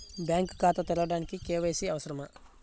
Bank ఖాతా తెరవడానికి KYC అవసరమా?